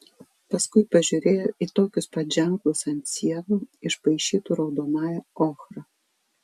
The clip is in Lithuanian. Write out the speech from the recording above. paskui pažiūrėjo į tokius pat ženklus ant sienų išpaišytų raudonąja ochra